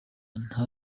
nta